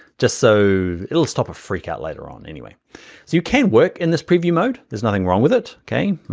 just so, it'll stop a freak out later on, anyway. so you can work in this preview mode, there's nothing wrong with it, okay?